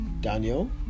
Daniel